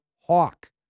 hawk